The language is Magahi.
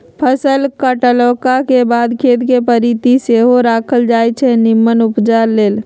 फसल काटलाके बाद खेत कें परति सेहो राखल जाई छै निम्मन उपजा लेल